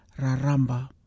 Raramba